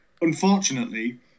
unfortunately